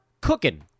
cooking